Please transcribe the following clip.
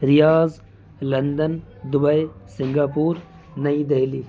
ریاض London Dubai Singapore نئی دہلی